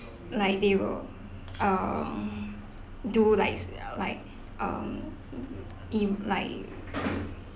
like they will um do like uh like um in like